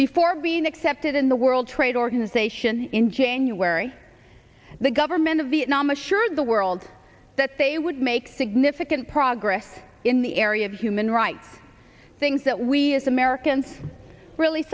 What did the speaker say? before being accepted in the world trade organization in january the government of the nama sure the world that they would make significant progress in the area of human rights things that we as americans really